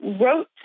wrote